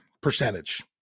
percentage